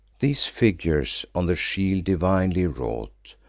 these figures, on the shield divinely wrought,